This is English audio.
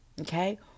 Okay